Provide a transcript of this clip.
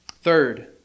Third